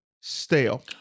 stale